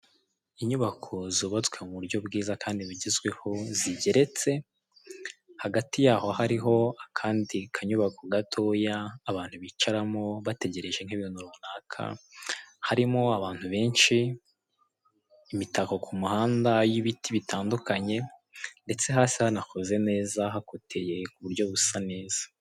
Inyubako zubatswe mu buryo bwiza kandi zigeretse, hagati yaho hariho akandi kanyubako gatoya abantu bicaramo bategereje nk'ibintu runaka, karimo abantu benshi, imitako ku muhanda, y'ibiti bitandukanye, ndetse hasi hanakoze neza, hakoteye ku buryo busa neza.